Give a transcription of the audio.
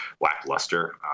lackluster